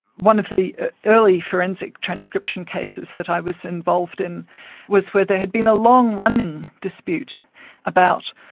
one of the early forensic transcription cases that i was involved in was where there had been a long-running dispute about,